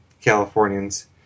Californians